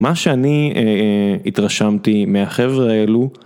מה שאני התרשמתי מהחברה האלו